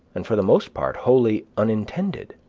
and for the most part wholly unintended.